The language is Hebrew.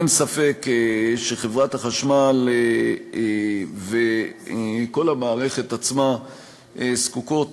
אין ספק שחברת החשמל וכל המערכת עצמה זקוקות,